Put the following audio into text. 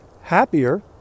happier